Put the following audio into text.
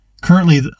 Currently